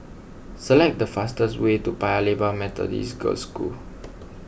Select the fastest way to Paya Lebar Methodist Girls' School